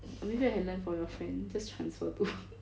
maybe I can learn from your friend just transfer bu~